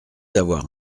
avoir